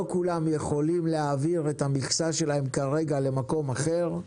לא כולם יכולים להעביר את המכסה שלהם כרגע למקום אחר,